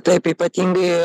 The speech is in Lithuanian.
taip ypatingai